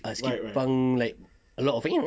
ah skate punk like a lot of